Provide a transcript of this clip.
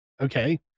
okay